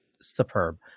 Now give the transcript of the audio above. superb